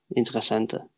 interessante